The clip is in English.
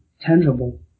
tangible